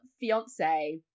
fiance